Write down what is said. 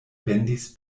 vendis